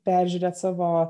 peržiūrėt savo